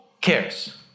cares